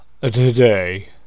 today